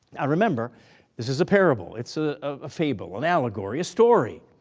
ah remember this is a parable, it's ah a fable, an allegory, a story.